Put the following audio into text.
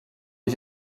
ich